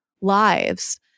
lives